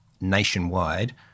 nationwide